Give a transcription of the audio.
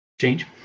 Change